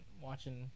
watching